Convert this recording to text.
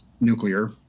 nuclear